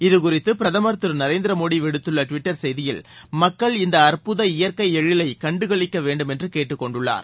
இதுகுறித்து பிரதமர் திரு நரேந்திர மோடி விடுத்துள்ள டுவிட்டர் செய்தியில் மக்கள் இந்த அற்பதற இயற்கை எழிலை கண்டுகளிக்க வேண்டும் என்று கேட்டுக்கொண்டுள்ளார்